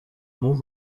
more